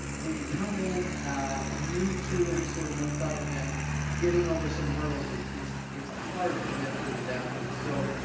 when you come in ah new to any sort of multi-event, getting over some hurdles is, it's it's a hard event for these athletes. so